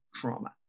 trauma